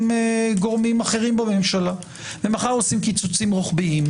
אחרים בממשלה ומחר עושים קיצוצים רוחביים,